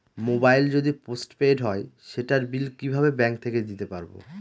Mobile যদি postpaid হয় সেটার বিল কিভাবে ব্যাংক থেকে দিতে পারব?